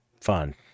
fun